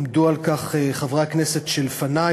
עמדו על כך חברי הכנסת שלפני,